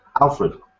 Alfred